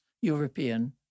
European